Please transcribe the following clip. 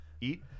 Eat